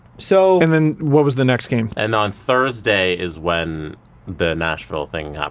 so and then what was the next game? and on thursday is when the nashville thing